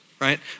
right